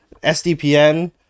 SDPN